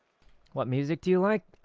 what music do you like?